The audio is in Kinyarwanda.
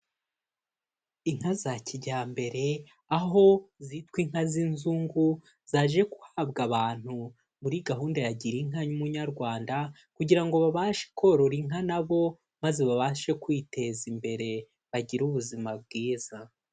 Inka za kijyambere, aho zitwa inka z'inzungu, zaje guhabwa abantu muri gahunda ya girinka Munyarwanda, kugira ngo babashe korora inka nabo, maze babashe kwiteza imbere bagire ubuzima bwiza.